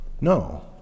No